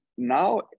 Now